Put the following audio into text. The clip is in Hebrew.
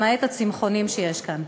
למעט הצמחונים שיש כאן.